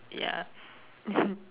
ya